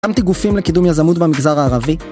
הקמתי גופים לקידום יזמות במגזר הערבי